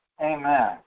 Amen